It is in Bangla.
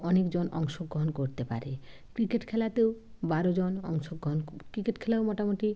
অনেকজন অংশগ্রহণ করতে পারে ক্রিকেট খেলাতেও বারোজন অংশগ্রহণ ক্রিকেট খেলাও মোটামুটি